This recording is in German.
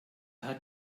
hat